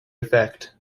effect